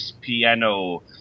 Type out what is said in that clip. Piano